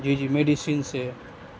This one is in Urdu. جی جی میڈیسین سے